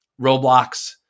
Roblox